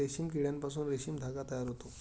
रेशीम किड्यापासून रेशीम धागा तयार होतो